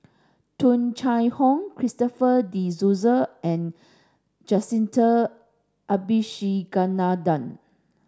Tung Chye Hong Christopher De Souza and Jacintha Abisheganaden